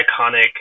iconic